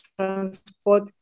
transport